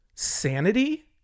Sanity